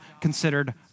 considered